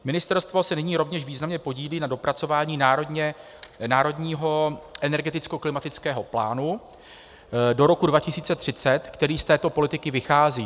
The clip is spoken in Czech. Ministerstvo se nyní rovněž významně podílí na dopracování Národního energetickoklimatického plánu do roku 2030, který z této politiky vychází.